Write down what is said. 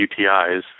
UTIs